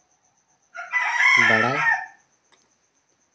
ᱵᱟᱲᱟᱭ